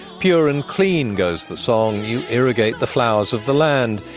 pure and clean goes the song, you irrigate the flowers of the land,